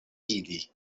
ili